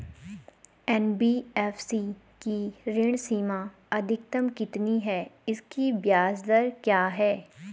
NBFC की ऋण सीमा अधिकतम कितनी है इसकी ब्याज दर क्या है?